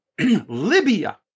Libya